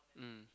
mm